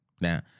Now